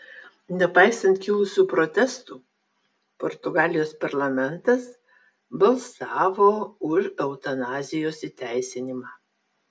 nepaisant kilusių protestų portugalijos parlamentas balsavo už eutanazijos įteisinimą